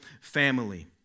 family